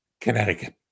Connecticut